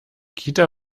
kita